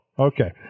Okay